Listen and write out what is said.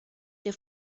der